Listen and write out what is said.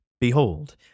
Behold